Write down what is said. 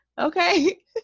Okay